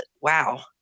Wow